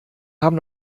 haben